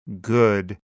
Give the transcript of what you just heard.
good